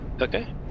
Okay